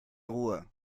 ruhe